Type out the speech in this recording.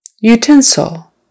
Utensil